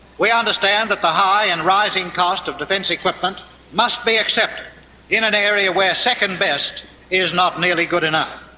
we understand that the high and rising cost of defence equipment must be accepted in an area with second best is not nearly good enough.